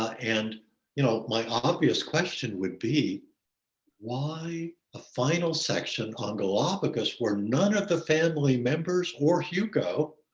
and you know, my obvious question would be why a final section on galapagos where none of the family members or hugo,